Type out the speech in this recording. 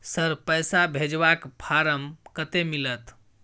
Sir, पैसा भेजबाक form कत्ते मिलत?